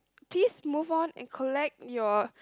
please move on and collect your